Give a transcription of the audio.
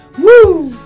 Woo